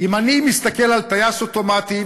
אם אני מסתכל על טייס אוטומטי,